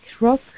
rock